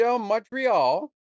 Montreal